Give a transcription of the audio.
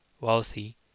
wealthy